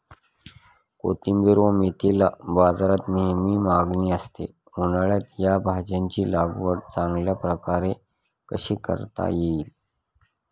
कोथिंबिर व मेथीला बाजारात नेहमी मागणी असते, उन्हाळ्यात या भाज्यांची लागवड चांगल्या प्रकारे कशी करता येईल?